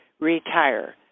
Retire